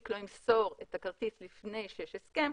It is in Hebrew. לא ימסור את הכרטיס לפני שיש הסכם,